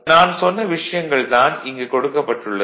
நான் சொன்ன விஷயங்கள் தான் இங்கு எழுதப்பட்டுள்ளது